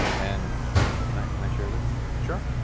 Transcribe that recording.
and can i can i share this sure.